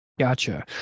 Gotcha